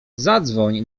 zadzwoń